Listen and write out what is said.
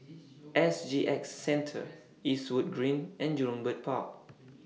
S G X Centre Eastwood Green and Jurong Bird Park